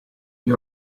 gli